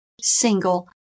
single